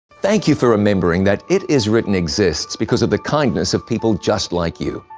thank you for remembering that it is written exists because of the kindness of people just like you.